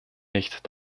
nicht